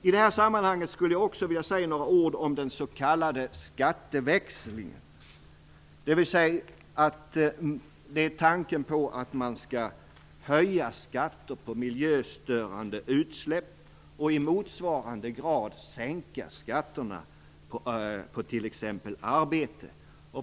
I det här sammanhanget skulle jag också vilja säga några ord om den s.k. skatteväxlingen, d.v.s. tanken på att höja skatter på miljöstörande utsläpp och i motsvarande grad sänka skatterna på t.ex. arbete.